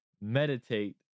meditate